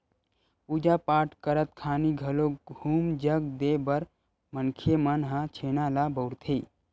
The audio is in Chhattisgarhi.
पूजा पाठ करत खानी घलोक हूम जग देय बर मनखे मन ह छेना ल बउरथे